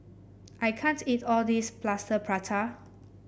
I can't eat all this Plaster Prata